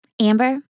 Amber